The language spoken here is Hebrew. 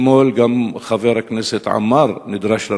אתמול גם חבר הכנסת עמאר נדרש לנושא.